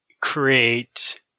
create